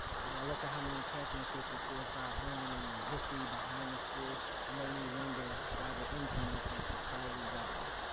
when i looked at how many championships the school brought home and the history behind the school it made me wonder why the internal appearance were slightly rubbish.